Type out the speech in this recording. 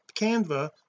canva